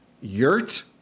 Yurt